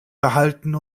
behalten